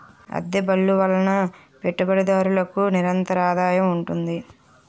అద్దె బళ్ళు వలన పెట్టుబడిదారులకు నిరంతరాదాయం ఉంటుంది